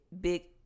big